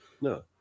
No